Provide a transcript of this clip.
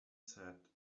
said